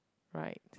right